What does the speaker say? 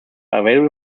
available